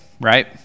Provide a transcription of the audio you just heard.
right